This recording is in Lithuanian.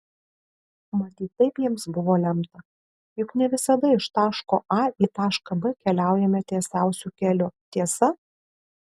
matyt taip jiems buvo lemta juk ne visada iš taško a į tašką b keliaujame tiesiausiu keliu tiesa